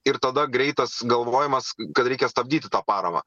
ir tada greitas galvojimas kad reikia stabdyti tą paramą